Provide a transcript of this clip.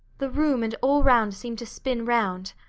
the room and all round seemed to spin round.